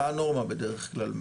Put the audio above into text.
מה הנורמה בדרך כלל?